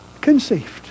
conceived